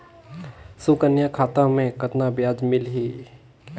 सुकन्या खाता मे कतना ब्याज मिलही?